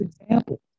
Example